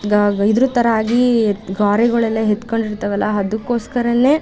ಗಾ ಇದ್ರ ಥರ ಆಗಿ ಗಾರೆಗಳೆಲ್ಲ ಎತ್ಕೊಂಡಿರ್ತಾವಲ್ಲ ಅದಕ್ಕೋಸ್ಕರವೇ